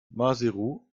maseru